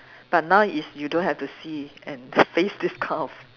but now is you don't have to see and face this kind of